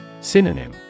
Synonym